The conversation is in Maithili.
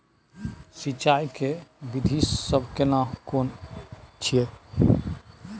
सिंचाई के विधी सब केना कोन छिये?